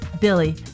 Billy